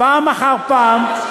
פעם אחר פעם,